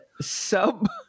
sub